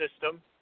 system